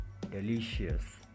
Delicious